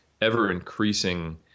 ever-increasing